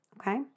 Okay